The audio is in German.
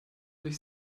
durch